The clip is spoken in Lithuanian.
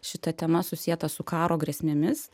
šita tema susieta su karo grėsmėmis